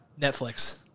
Netflix